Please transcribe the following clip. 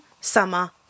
Summer